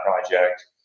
project